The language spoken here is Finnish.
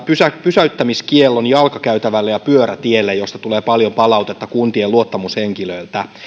pysäyttämiskiellon jalkakäytävälle ja pyörätielle josta tulee paljon palautetta kuntien luottamushenkilöiltä